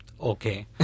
Okay